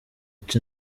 ica